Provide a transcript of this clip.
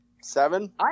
Seven